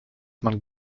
man